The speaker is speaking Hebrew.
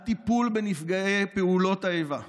הטיפול בנפגעי פעולות האיבה,